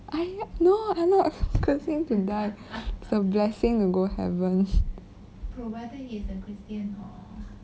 I no I not cursing him to die it's a blessing to go heaven